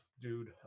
dude